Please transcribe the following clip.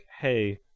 hey